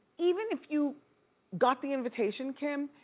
even if you got the invitation, kim,